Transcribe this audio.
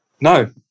No